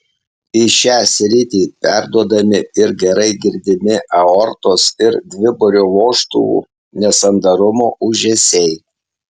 į šią sritį perduodami ir gerai girdimi aortos ir dviburio vožtuvų nesandarumo ūžesiai